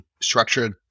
structured